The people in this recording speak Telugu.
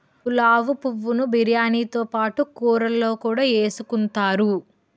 పులావు పువ్వు ను బిర్యానీతో పాటు కూరల్లో కూడా ఎసుకుంతారు